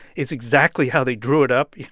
is exactly how they drew it up, you